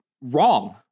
wrong